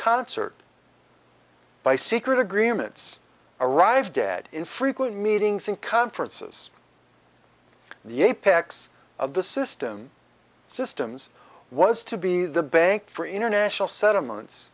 concert by secret agreements arrived dead in frequent meetings and conferences the apex of the system systems was to be the bank for international settlements